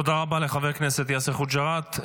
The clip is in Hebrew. תודה רבה לחבר הכנסת יאסר חוג'יראת.